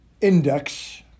index